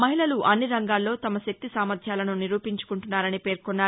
మహిళలు అన్ని రంగాల్లో తమ శక్తిసామర్థ్యాలను నిరూపించుకుంటున్నారని పేర్కొన్నారు